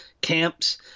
camps